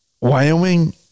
Wyoming